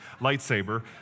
lightsaber